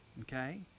Okay